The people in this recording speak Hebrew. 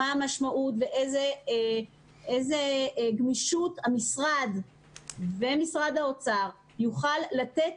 מה המשמעות ואיזה גמישות המשרד ומשרד האוצר יוכלו לתת